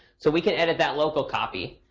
so we can edit that local copy.